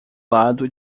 lado